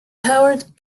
howard